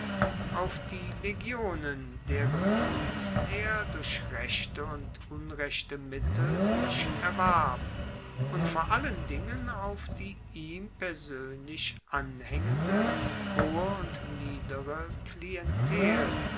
auf die legionen deren gunst er durch rechte und unrechte mittel sich erwarb und vor allen dingen auf die ihm persoenlich anhaengende hohe und niedere klientel